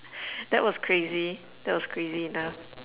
that was crazy that was crazy enough